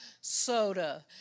soda